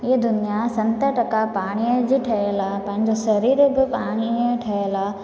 हीअ दुनिया सत टका पाणीअ जी ठहियलु आहे पंहिंजो शरीरु बि पाणीअ जो ठहियलु आहे